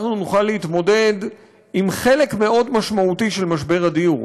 אנחנו נוכל להתמודד עם חלק מאוד משמעותי של משבר הדיור.